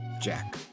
jack